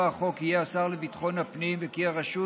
החוק יהיה השר לביטחון הפנים וכי הרשות